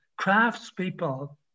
craftspeople